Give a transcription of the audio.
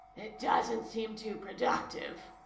it doesn't seem too productive,